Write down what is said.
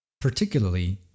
Particularly